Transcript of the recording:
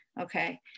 Okay